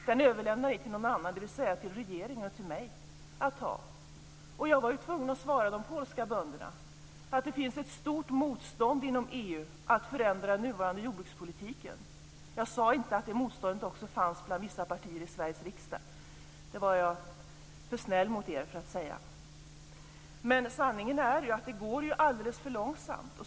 Den överlämnar ni till någon annan - dvs. till regeringen och till mig - att ta. Jag var tvungen att svara de polska bönderna att det finns ett stort motstånd inom EU mot att förändra nuvarande jordbrukspolitik. Jag sade inte att det motståndet också fanns bland vissa partier i Sveriges riksdag. Det var jag för snäll mot er för att säga. Men sanningen är att det går alldeles för långsamt.